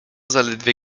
zaledwie